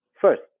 First